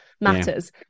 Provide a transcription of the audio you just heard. matters